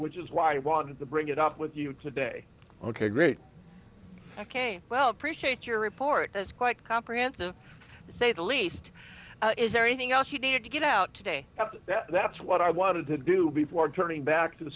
which is why i wanted to bring it up with you today ok great ok well appreciate your report that's quite comprehensive say the least is very thing else you did to get out today that that's what i wanted to do before turning back to the